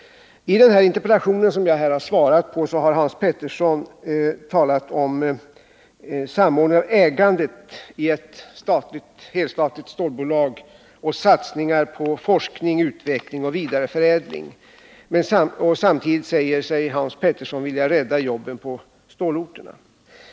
I den interpellation som jag här har svarat på har Hans Petersson talat om samordning av ägandet i ett helstatligt stålbolag och om satsningar på forskning, utveckling och vidareförädling. Samtidigt säger sig Hans Petersson vilja rädda jobben på stålorterna.